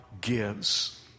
gives